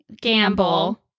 gamble